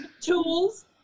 tools